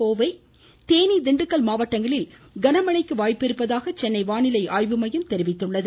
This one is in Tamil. கோவை தேனி திண்டுக்கல் மாவட்டங்களில் கனமழை பெய்யக்கூடும் என்று சென்னை வானிலை ஆய்வு மையம் தெரிவித்துள்ளது